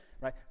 Right